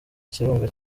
kirunga